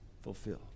fulfilled